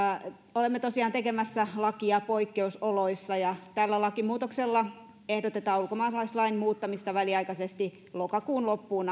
olemme tosiaan tekemässä lakia poikkeusoloissa ja tällä lakimuutoksella ehdotetaan ulkomaalaislain muuttamista väliaikaisesti lokakuun loppuun